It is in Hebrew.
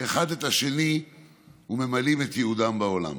אחד את השני וממלאים את ייעודם בעולם.